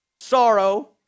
sorrow